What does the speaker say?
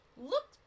look